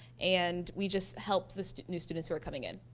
and we just help the new students who are coming in.